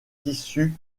tissus